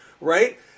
Right